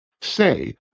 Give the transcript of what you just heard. say